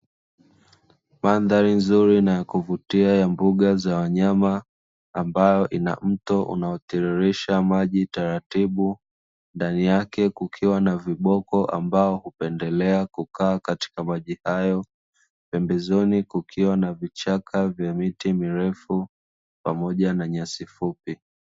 Madhari nzuri na ya kuvutia ya mbuga za wanyama, ambayo ina mto unaotiririsha maji taratibu; ndani yake kukiwa na viboko ambao hupendelea kukaa katika maji hayo, pembezoni kukiwa na vichaka vya miti mirefu, pamoja na nyasi fupi.